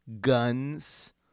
guns